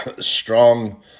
strong